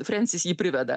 frensis jį priveda